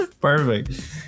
Perfect